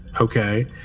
Okay